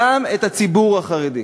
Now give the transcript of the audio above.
גם הציבור החרדי.